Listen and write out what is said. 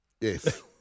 Yes